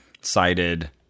cited